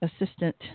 assistant